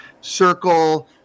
circle